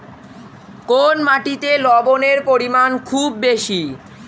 কোন মাটিতে লবণের পরিমাণ খুব বেশি?